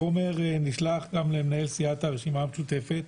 החומר נשלח גם למנהל סיעת הרשימה המשותפת.